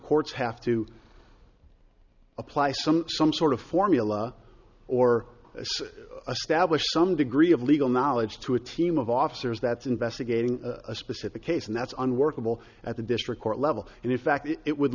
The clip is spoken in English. courts have to apply some some sort of formula or a stablish some degree of legal knowledge to a team of officers that's investigating a specific case and that's unworkable at the district court level and in fact it would